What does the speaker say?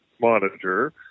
monitor